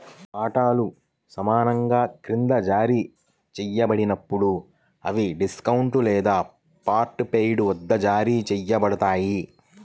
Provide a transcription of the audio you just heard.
వాటాలు సమానంగా క్రింద జారీ చేయబడినప్పుడు, అవి డిస్కౌంట్ లేదా పార్ట్ పెయిడ్ వద్ద జారీ చేయబడతాయి